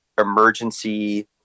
emergency